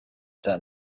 that